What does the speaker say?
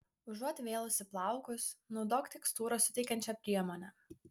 užuot vėlusi plaukus naudok tekstūros suteikiančią priemonę